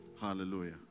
hallelujah